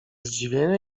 zdziwienia